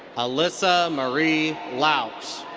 alyssa marie laux.